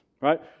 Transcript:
right